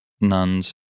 nuns